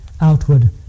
outward